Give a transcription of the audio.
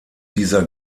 dieser